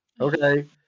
okay